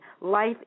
Life